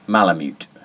Malamute